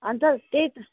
अन्त त्यही त